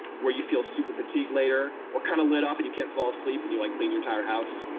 where you feel super-fatigued later, or kind of lit up, and you can't fall asleep and you like clean your entire house.